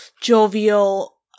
jovial